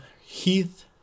Heath